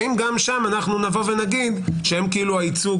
האם גם שם אנחנו נגיד שהם הייצוג,